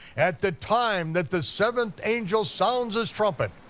at the time that the seventh angel sounds his trumpet,